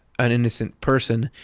an innocent person,